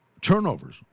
Turnovers